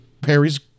Perry's